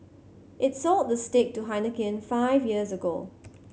it sold the stake to Heineken five years ago